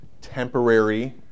temporary